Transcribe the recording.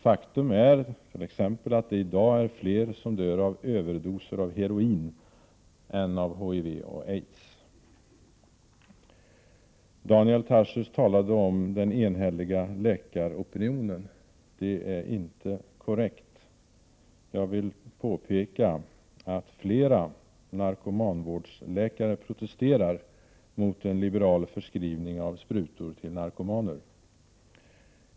Faktum är att det i dag är fler som dör av överdoser av heroin än av HIV och aids. Daniel Tarschys talade om den enhälliga läkaropinionen, men det är inte korrekt. Jag vill påpeka att flera narkomanvårdsläkare protesterar mot en liberal förskrivning av sprutor till narkomaner.